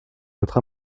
votre